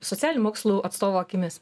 socialinių mokslų atstovo akimis